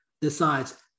decides